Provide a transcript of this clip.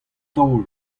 taol